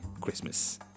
Christmas